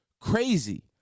Crazy